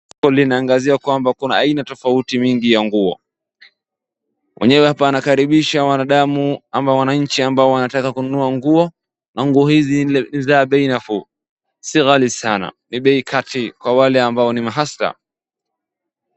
Soko linanagazia kuwa kuna aina tofauti mingi ya nguo. Mwenyewe hapa anakaribisha wanadamu ama wananchi ambao wanataka kununua nguo na nguo hizi niza bei nafuu si ghali sana. Ni bei ya kati kwa wale amabao ni ma hustler .